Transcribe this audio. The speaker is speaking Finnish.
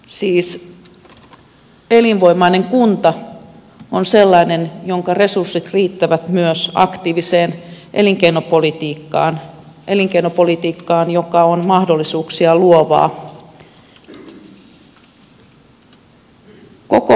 siis elinvoimainen kunta on sellainen jonka resurssit riittävät myös aktiiviseen elinkeinopolitiikkaan joka on mahdollisuuksia luovaa